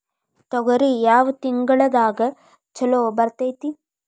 ತೊಗರಿ ಯಾವ ತಿಂಗಳದಾಗ ಛಲೋ ಬೆಳಿತೈತಿ?